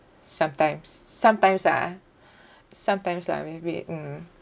sometimes sometimes ah sometimes lah maybe mm